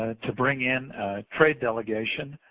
ah to bring in trade delegation